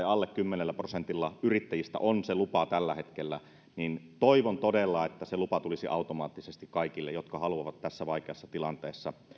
alle kymmenellä prosentilla yrittäjistä on se lupa tällä hetkellä niin toivon todella että se lupa tulisi automaattisesti kaikille jotka haluavat tässä vaikeassa tilanteessa